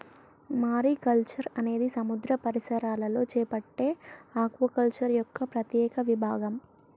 mariculture అనేది సముద్ర పరిసరాలలో చేపట్టే ఆక్వాకల్చర్ యొక్క ప్రత్యేక విభాగం